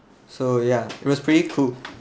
so yeah it was pretty cool